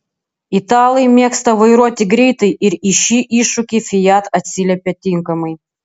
italai mėgsta vairuoti greitai ir į šį iššūkį fiat atsiliepia tinkamai